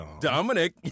Dominic